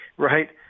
Right